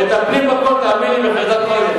מטפלים בכול, תאמין לי, בחרדת קודש.